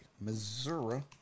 Missouri